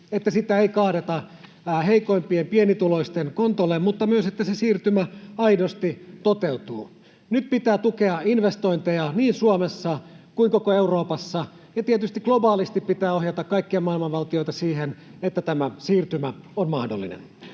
että sitä ei kaadeta heikoimpien, pienituloisten, kontolle, mutta myös siinä, että se siirtymä aidosti toteutuu. Nyt pitää tukea investointeja niin Suomessa kuin koko Euroopassa, ja tietysti globaalisti pitää ohjata kaikkia maailman valtioita siihen, että tämä siirtymä on mahdollinen.